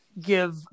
give